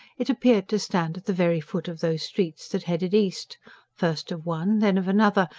it appeared to stand at the very foot of those streets that headed east first of one, then of another,